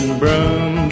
broom